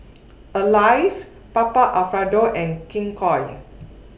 Alive Papa Alfredo and King Koil